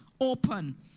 open